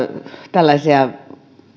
tällaisia